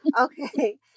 Okay